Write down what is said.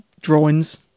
drawings